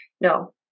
No